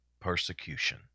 persecution